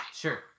sure